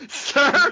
Sir